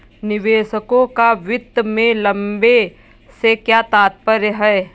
निवेशकों का वित्त में लंबे से क्या तात्पर्य है?